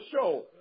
show